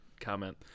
comment